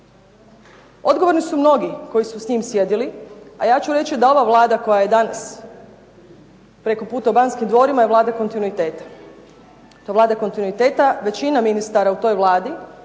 Odgovorni su mnogi koji su s njim sjedili, a ja ću reći da ova Vlada koja je danas preko puta u Banskim dvorima je Vlada kontinuiteta. Većina ministara u toj Vladi